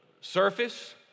surface